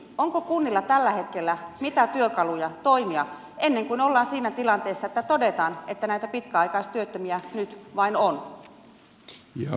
onko kunnilla tällä hetkellä mitä työkaluja toimia ennen kuin ollaan siinä tilanteessa että todetaan että näitä pitkäaikaistyöttömiä nyt vain on